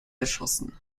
erschossen